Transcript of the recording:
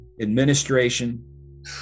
administration